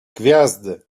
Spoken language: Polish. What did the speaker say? gwiazdy